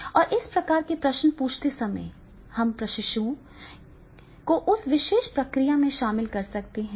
और इस प्रकार के प्रश्न पूछते समय हम प्रशिक्षुओं को उस विशेष प्रक्रिया में शामिल कर सकते हैं